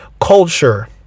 culture